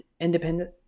independent